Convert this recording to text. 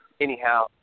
anyhow